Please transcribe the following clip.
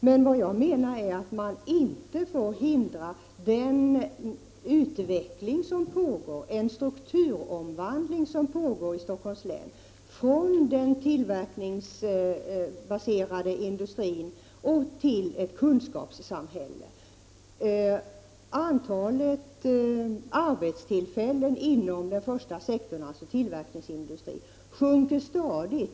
Men jag menar att man inte får hindra den utveckling och strukturomvandling från den tillverkningsbaserade industrin till ett kunskapssamhälle som pågår i Stockholms län. Antalet arbetstillfällen inom tillverkningsindustrin sjunker stadigt.